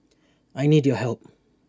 I need your help